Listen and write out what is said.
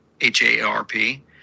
h-a-r-p